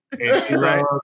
Right